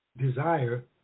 desire